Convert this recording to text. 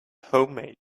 homemade